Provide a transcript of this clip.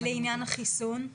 ולעניין החיסון?